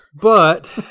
But-